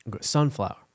Sunflower